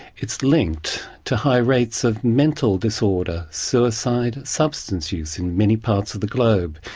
it's linked to high rates of mental disorder, suicide, substance use in many parts of the globe.